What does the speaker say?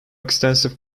extensive